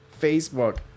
Facebook